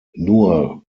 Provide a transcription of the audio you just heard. nur